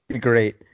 Great